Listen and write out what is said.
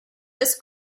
just